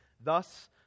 thus